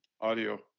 audio